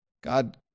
God